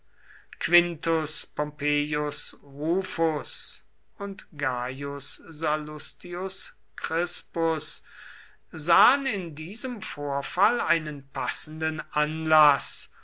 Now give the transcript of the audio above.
quintus pompeius rufus und gaius sallustius crispus sahen in diesem vorfall einen passenden anlaß